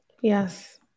Yes